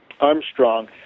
Armstrong